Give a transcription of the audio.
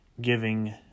giving